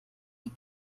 die